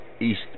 East